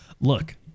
look